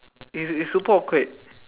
it it's super awkward